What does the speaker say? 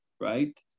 right